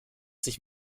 sich